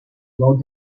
low